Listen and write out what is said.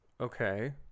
okay